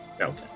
okay